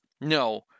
no